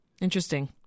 Interesting